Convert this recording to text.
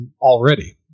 Already